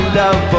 love